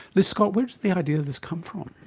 liz scott, where did the idea of this come from?